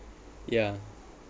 oh